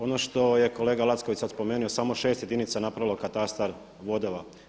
Ono što je kolega Lacković sada spomenuo samo šest jedinica napravilo katastar vodova.